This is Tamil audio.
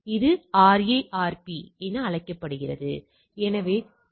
அது RARP என அழைக்கப்படுகிறது